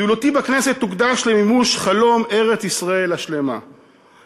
פעילותי בכנסת תוקדש למימוש חלום ארץ-ישראל השלמה,